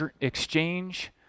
exchange